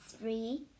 three